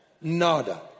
Nada